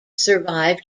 survive